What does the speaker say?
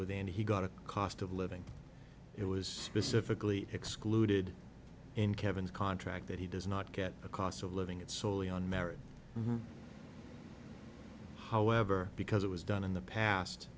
with and he got a cost of living it was specifically excluded in kevin's contract that he does not get a cost of living it soley on merit however because it was done in the past